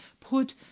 put